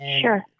Sure